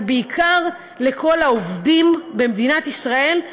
אבל בעיקר לכל העובדים במדינת ישראל,